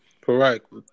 Correct